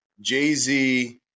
jay-z